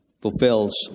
fulfills